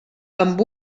amb